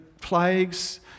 plagues